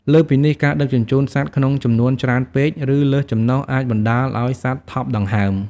លើសពីនេះ ការដឹកជញ្ជូនសត្វក្នុងចំនួនច្រើនពេក ឬលើសចំណុះអាចបណ្តាលឱ្យសត្វថប់ដង្ហើម ។